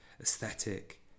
aesthetic